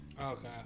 okay